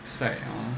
side hor